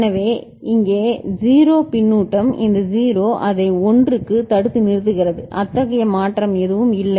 எனவே இங்கே 0 பின்னூட்டம் இந்த 0 அதை 1 க்குத் தடுத்து நிறுத்துகிறது அத்தகைய மாற்றம் எதுவும் இல்லை